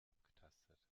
abgetastet